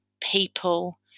people